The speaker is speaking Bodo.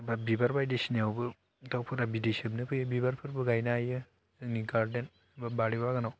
बा बिबार बायदिसिनायावबो दावफोरा बिदै सोबनो फैयो बिबारफोरबो गायनो हायो जोंनि गारदेन बा बारि बागानाव